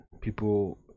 People